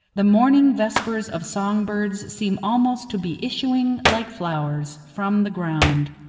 the morning vespers of song-birds seed almost to be issuing, like flowers, from the ground.